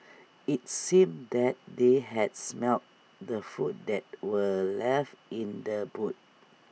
IT seemed that they had smelt the food that were left in the boot